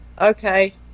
Okay